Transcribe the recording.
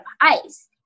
ice